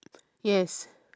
yes